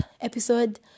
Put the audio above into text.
episode